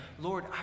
Lord